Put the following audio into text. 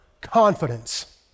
confidence